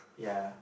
ya